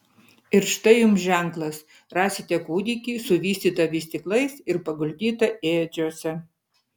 ir štai jums ženklas rasite kūdikį suvystytą vystyklais ir paguldytą ėdžiose